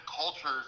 cultures